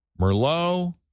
Merlot